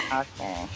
okay